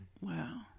Wow